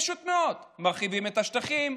פשוט מאוד: מרחיבים את השטחים,